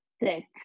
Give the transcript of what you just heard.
Six